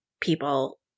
people